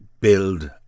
build